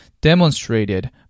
demonstrated